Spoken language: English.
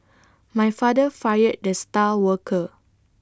my father fired the star worker